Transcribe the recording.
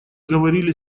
говорили